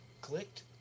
clicked